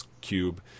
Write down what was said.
cube